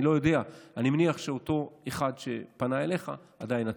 אני לא יודע, שאותו אחד שפנה אליך עדיין עצור.